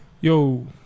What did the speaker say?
Yo